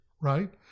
right